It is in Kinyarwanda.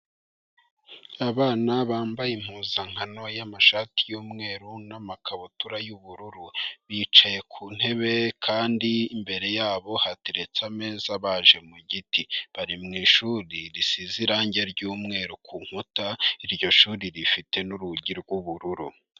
Abana bambaye impuzankano y'amashati y'umweru n'amakabutura y'ubururu, bicaye ku ntebe kandi imbere yabo hateretse ameza abaje mu giti, bari mu ishuri risize irange ry'umweru ku nkuta, iryo shuri rifite n'urugi rw'ubururu.